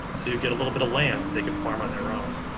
to get a little bit of land they could farm on their own,